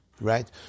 right